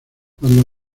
cuando